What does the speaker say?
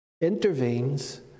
intervenes